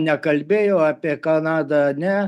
nekalbėjo apie kanadą ne